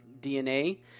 DNA